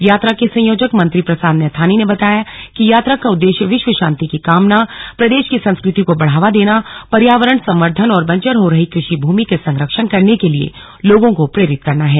यात्रा के संयोजक मंत्री प्रसाद नैथानी ने बताया कि यात्रा का उद्देश्य विश्व शांति की कामना प्रदेश की संस्कृति को बढ़ावा देना पर्यावरण संवर्धन और बंजर हो रही कृषि भूमि के संरक्षण करने के लिए लोगों को प्रेरित करना है